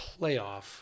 playoff